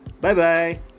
Bye-bye